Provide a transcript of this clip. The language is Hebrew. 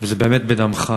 וזה באמת בדמך.